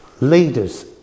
Leaders